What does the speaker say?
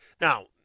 Now